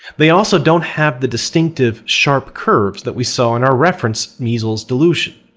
they also don't have the distinctive sharp curves that we saw in our reference measles dilutions.